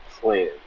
plan